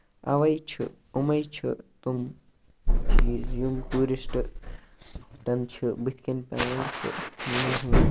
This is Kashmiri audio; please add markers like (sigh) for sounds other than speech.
تَوے چھُ أمَے چھِ تٔمۍ یِم ٹوٗرِسٹن چھِ بٔتھۍ کَن پیوان چھِ (unintelligible)